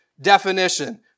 definition